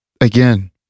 again